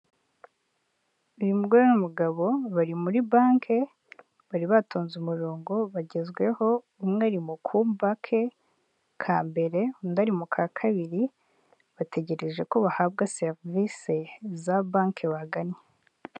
Uyu mugore n'umugabo bari muri banki, bari batonze umurongo bagezweho, umwe ari mu kumba ke ka mbere, undi ari mu ka kabiri, bategereje ko bahabwa serivisi za banki bagannye.